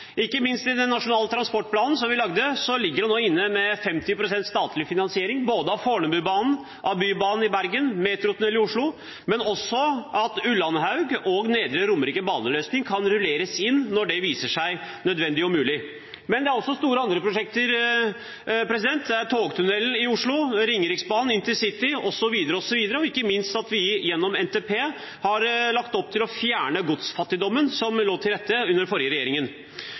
I den nasjonale transportplanen som vi lagde, ligger det nå inne 50 pst. statlig finansiering av både Fornebubanen og Bybanen i Bergen, metrotunnel i Oslo, men også at Ullandhaug og baneløsning på Nedre Romerike kan rulleres inn når det viser seg nødvendig og mulig. Men det er også andre store prosjekter: Det er togtunnelen i Oslo, Ringeriksbanen, intercity osv., og ikke minst at vi gjennom NTP har lagt opp til å fjerne godsfattigdommen som det lå til rette for under den forrige regjeringen.